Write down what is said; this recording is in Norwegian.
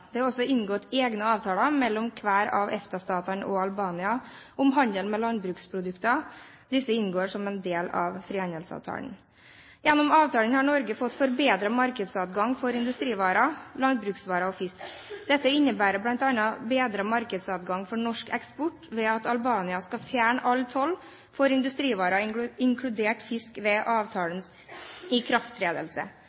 Det er også inngått egne avtaler mellom hver av EFTA-statene og Albania om handel med landbruksprodukter. Disse inngår som en del av frihandelsavtalen. Gjennom avtalen har Norge fått forbedret markedsadgang for industrivarer, landbruksvarer og fisk. Dette innebærer bl.a. bedret markedsadgang for norsk eksport ved at Albania skal fjerne all toll for industrivarer, inkludert fisk, ved